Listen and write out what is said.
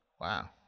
Wow